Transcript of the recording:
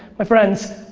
my friends,